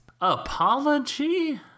apology